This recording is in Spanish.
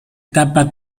etapa